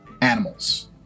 animals